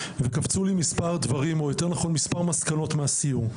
וקפצו לי מספר מסקנות מהסיור.